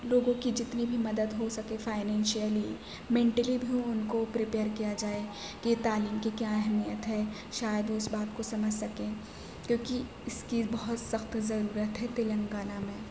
لوگوں کی جتنی بھی مدد ہو سکے فائننشئلی منٹلی بھی ان کو پریپئر کیا جائے کہ تعلیم کی کیا اہمیت ہے شاید اس بات کو سمجھ سکیں کیونکہ اس کی بہت سخت ضرورت ہے تلنگانہ میں